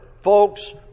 Folks